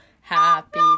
Happy